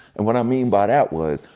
and what i mean by that was,